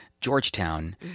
Georgetown